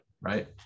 Right